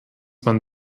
man